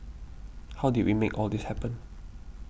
how did we make all this happen